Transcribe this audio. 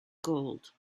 gold